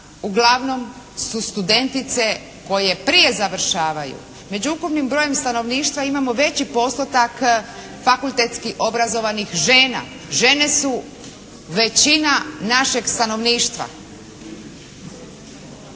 uglavnom studentice koje prije završavaju. Među ukupnim brojem stanovništva veći postotak fakultetski obrazovanih žena. Žene su većina našeg stanovništva.